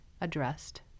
addressed